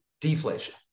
deflation